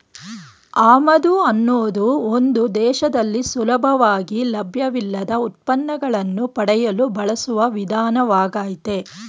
ಆಮದು ಅನ್ನೋದು ಒಂದು ದೇಶದಲ್ಲಿ ಸುಲಭವಾಗಿ ಲಭ್ಯವಿಲ್ಲದ ಉತ್ಪನ್ನಗಳನ್ನು ಪಡೆಯಲು ಬಳಸುವ ವಿಧಾನವಾಗಯ್ತೆ